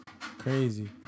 crazy